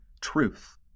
truth